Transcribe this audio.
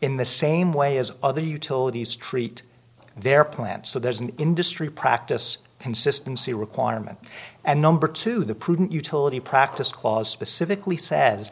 in the same way as other utilities treat their plant so there's an industry practice consistency requirement and number two the prudent utility practice clause specifically says